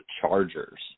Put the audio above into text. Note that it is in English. Chargers